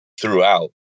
throughout